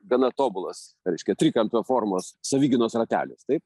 gana tobulas reiškia trikampio formos savigynos ratelis taip